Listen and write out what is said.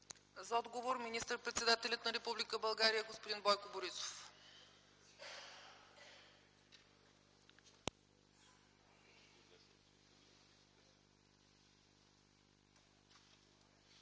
За отговор - министър-председателят на Република България господин Бойко Борисов.